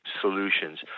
solutions